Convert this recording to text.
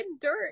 dirt